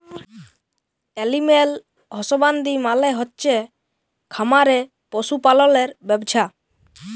animal husbandry মালে হচ্ছে খামারে পশু পাললের ব্যবছা